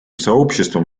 сообществом